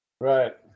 Right